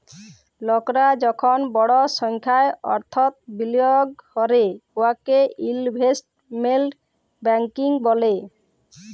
লকরা যখল বড় সংখ্যায় অথ্থ বিলিয়গ ক্যরে উয়াকে ইলভেস্টমেল্ট ব্যাংকিং ব্যলে